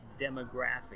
demographic